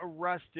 arrested